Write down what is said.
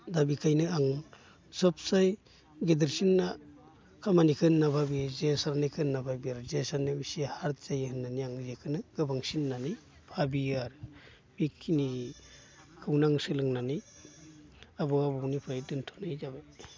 दा बेखायनो आं सबसे गेदेरसिन ना खामानिखो होनना भाबियो जे सारनायखो होनना भाबियो जे सारनाया बिसि हार्ड जायो होननानै आं जेखोनो बांसिन होननानै बाबियो आरो बेखिनिखौनो आं सोलोंनानै आबौ आबैनिफ्राय दोन्थ'नाय जाबाय